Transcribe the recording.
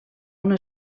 una